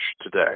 today